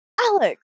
Alex